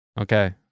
Okay